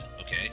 okay